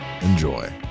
Enjoy